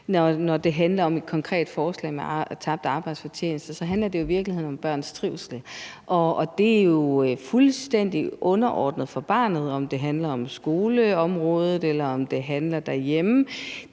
Når det handler om et konkret forslag om tabt arbejdsfortjeneste, handler det jo i virkeligheden om børns trivsel, og det er jo fuldstændig underordnet for barnet, om det handler om skoleområdet eller om derhjemme.